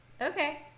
okay